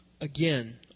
again